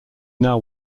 now